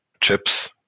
chips